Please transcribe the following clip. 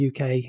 UK